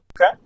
okay